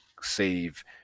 save